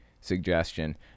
suggestion